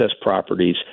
properties